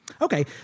Okay